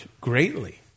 greatly